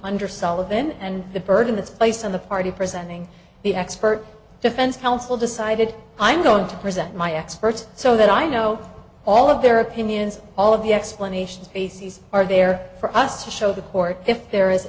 under sullivan and the burden that's placed on the party presenting the expert defense counsel decided i'm going to present my experts so that i know all of their opinions all of the explanations bases are there for us to show the court if there is